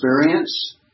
experience